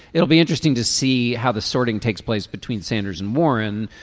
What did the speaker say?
it'll be interesting to see how the sorting takes place between sanders and warren.